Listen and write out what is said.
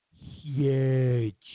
huge